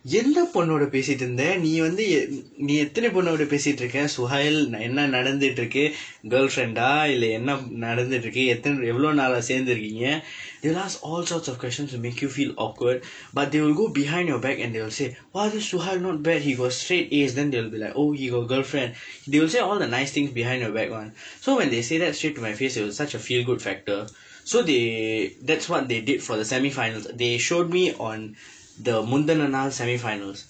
எந்த பொண்ணுட பேசிட்டு இருந்த நீ வந்து என்ன நீ எத்தனை பொண்ணோட பேசிட்டு இருக்க:endtha ponnuda peesitdu irundtha nii vandthu enna nii eththanai ponnooda peesitdu irukka suhail என்ன நடந்துட்டு இருக்கு:enna nadandthutdu irukku girlfriend-aa இல்ல என்ன நடந்துட்டு இருக்கு எத்தனை எவ்வளவு நாளா சேர்ந்து இருக்கீங்க:illa enna nadandthutdu irukku eththanai evvalavu naalaa seerndthu irukkiingka they'll ask all sorts of question to make you feel awkward but they will go behind your back and they will said !wah! this suhail not bad he got straight As then they'll be like oh he got girlfriend they will say all the nice things behind your back [one] so when they said that straight to my face it was such a feel good factor so they that's what they did for the semi finals they showed me on the முந்தனை நாள்:mundthanai naal semi finals